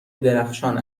درخشان